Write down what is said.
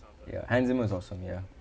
ya hans zimmer is awesome ya